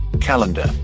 calendar